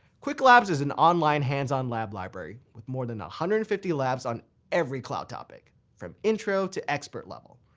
qwiklabs is an online, hands-on lab library with more than one ah hundred and fifty labs on every cloud topic from intro to expert level.